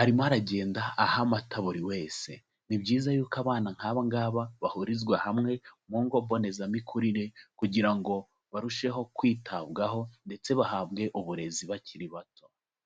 arimo aragenda aha amata buri wese. Ni byiza yuko abana nk'aba ngaba bahurizwa hamwe mu ngo mbonezamikurire kugira ngo barusheho kwitabwaho ndetse bahabwe uburezi bakiri bato.